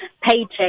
paycheck